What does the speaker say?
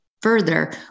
further